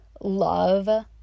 love